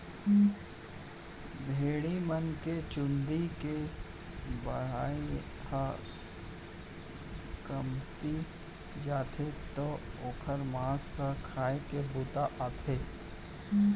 भेड़ी मन के चूंदी के बढ़ई ह कमतिया जाथे त ओकर मांस ह खाए के बूता आथे